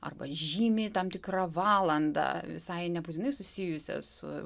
arba žymi tam tikrą valandą visai nebūtinai susijusią su